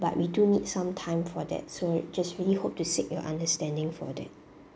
but we do need some time for that so just really hope to seek your understanding for that